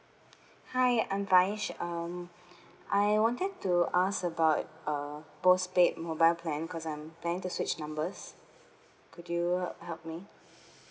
hi I'm vaij um I wanted to ask about uh postpaid mobile plan because I'm plan to switch numbers could you help me